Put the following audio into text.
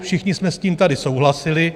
Všichni jsme s tím tady souhlasili.